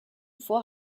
vor